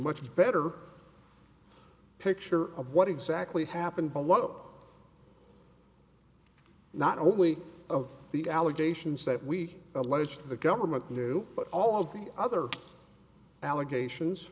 much better picture of what exactly happened below not only of the allegations that we alleged the government knew but all of the other allegations